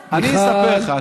תראה, אני אספר לך.